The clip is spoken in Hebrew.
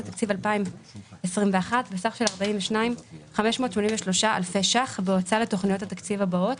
התקציב 2021 בסך של 42,583 אלפי שקלים בהוצאה לתוכניות התקציב הבאות: